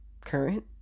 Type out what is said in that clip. current